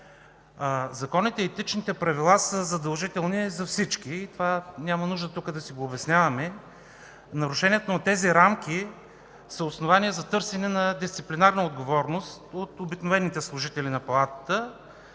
Законите и етичните правила са задължителни за всички – няма нужда тук да си го обясняваме. Нарушението на тези рамки е основание за търсене на дисциплинарна отговорност от обикновените служители на Палатата,